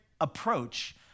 approach